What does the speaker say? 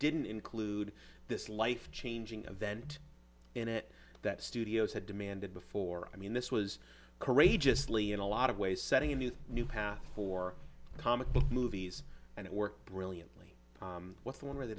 didn't include this life changing event in it that studios had demanded before i mean this was courageously in a lot of ways setting the new path for comic book movies and it worked brilliantly with one where they